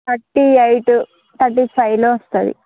thirty eight thirty ఫైవ్లో వస్తుంది